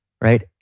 right